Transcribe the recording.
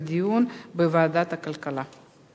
לוועדת הכלכלה נתקבלה.